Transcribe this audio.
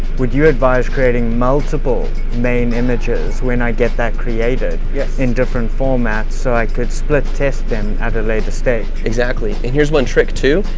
would you advise creating multiple main images when i get that created? yes. in different formats so i could split test them at a later stage. exactly, and here's one trick too,